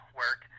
work